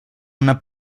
una